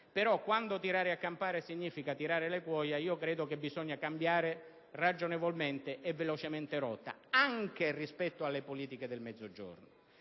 però, quando tirare a campare significa tirare le cuoia, credo occorra cambiare ragionevolmente e velocemente rotta, anche rispetto alle politiche del Mezzogiorno.